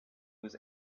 was